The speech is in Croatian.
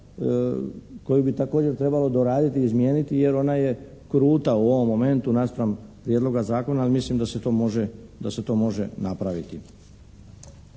koju bi također trebalo doraditi i izmijeniti jer ona je kruta u ovom momentu naspram prijedloga zakona ali mislim da se to može napraviti.